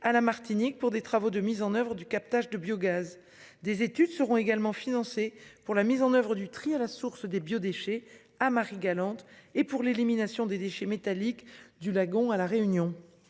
à la Martinique pour des travaux de mise en oeuvre du captage de biogaz. Des études seront également financées pour la mise en oeuvre du tri à la source des biodéchets à Marie-Galante et pour l'élimination des déchets métalliques du lagon à la Réunion.